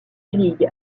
league